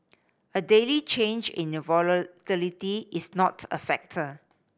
a daily change in the volatility is not a factor